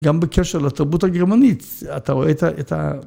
גם בקשר לתרבות הגרמנית אתה רואה את ה...